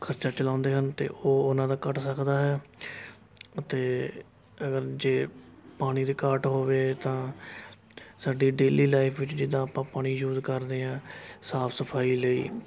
ਖ਼ਰਚਾ ਚਲਾਉਂਦੇ ਹਨ ਅਤੇ ਉਹ ਉਹਨਾਂ ਦਾ ਘੱਟ ਸਕਦਾ ਹੈ ਅਤੇ ਅਗਰ ਜੇ ਪਾਣੀ ਦੀ ਘਾਟ ਹੋਵੇ ਤਾਂ ਸਾਡੀ ਡੇਲੀ ਲਾਈਫ਼ ਵਿੱਚ ਜਿੱਦਾਂ ਆਪਾਂ ਪਾਣੀ ਯੂਜ਼ ਕਰਦੇ ਹਾਂ ਸਾਫ਼ ਸਫਾਈ ਲਈ